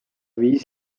viis